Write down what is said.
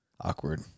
awkward